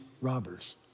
robbers